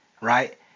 right